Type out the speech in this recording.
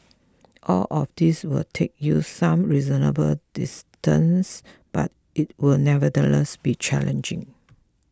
all of these will take you some reasonable distance but it will nevertheless be challenging